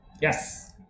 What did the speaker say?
Yes